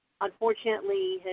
unfortunately